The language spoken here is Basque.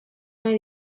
nahi